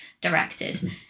directed